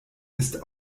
ist